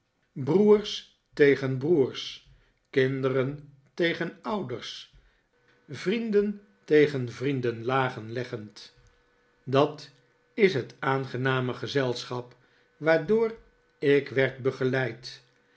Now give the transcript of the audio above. broers tegen broers kinderen tegen ouders vrienden tegen vrienden lagen leggend dat is het aangename gezelschap waardoor ik werd begeleid